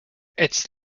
its